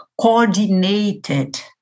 coordinated